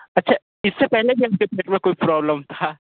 अच्छा इससे पहले भी आपके पेट में कोई प्रॉब्लम था